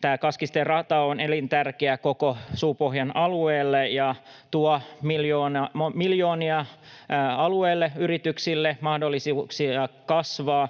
Tämä Kaskisten rata on elintärkeä koko Suupohjan alueelle ja tuo alueelle miljoonia, yrityksille mahdollisuuksia kasvaa.